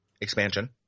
expansion